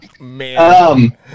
Man